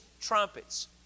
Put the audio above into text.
trumpets